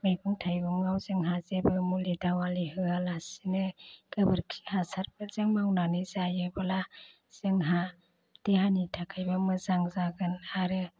मैगं थाइगंआव जोंहा जेबो मुलि दावालि होयालासिनो गोबोरखि हासारफोरजों मावनानै जायोबोला जोंहा देहानि थाखाइबो मोजां जागोन आरो